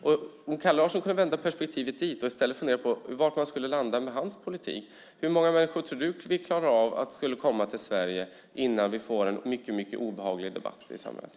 Kalle Larsson borde vända perspektivet ditåt och i stället fundera på var vi skulle landa med hans politik. Hur många människor tror han att vi kan låta komma till Sverige innan vi får en mycket obehaglig debatt i samhället?